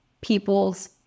people's